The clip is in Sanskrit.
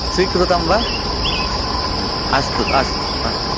स्वीकृतं वा अस्तु अस्तु अस्तु